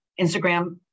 Instagram